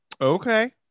okay